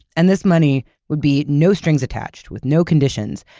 and this money would be no strings attached, with no conditions.